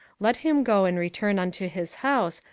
let him go and return unto his house,